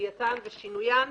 לקביעתן ושינוין,